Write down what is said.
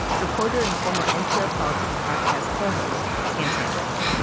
reporter and former npr politics podcast co-host sam sanders.